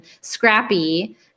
scrappy